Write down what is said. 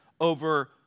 over